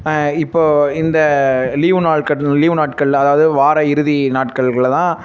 இப்போ இந்த லீவு நாள் கட் லீவு நாட்களில் அதாவது வார இறுதி நாட்கள்களில் தான்